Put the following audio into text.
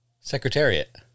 Secretariat